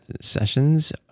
sessions